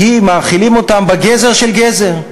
כי מאכילים אותם בגזר של גזר.